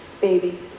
baby